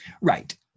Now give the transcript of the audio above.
Right